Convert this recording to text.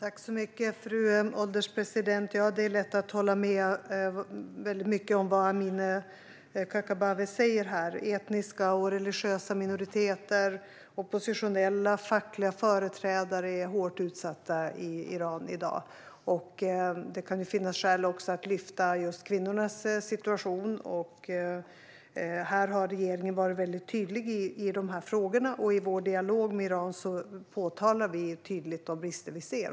Fru ålderspresident! Det är lätt att hålla med om väldigt mycket av det som Amineh Kakabaveh säger. Etniska och religiösa minoriteter, oppositionella och fackliga företrädare är hårt utsatta i Iran i dag. Det kan finnas skäl att lyfta fram just kvinnornas situation, och regeringen har varit mycket tydlig i dessa frågor. I vår dialog med Iran påtalar vi tydligt de brister vi ser.